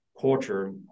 Culture